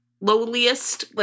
lowliest